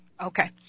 Okay